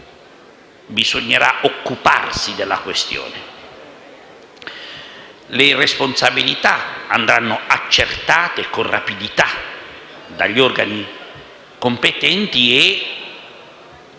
bisognerà occuparsi presto della questione. Le responsabilità andranno accertate con rapidità dagli organi competenti e